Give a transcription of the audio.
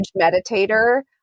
meditator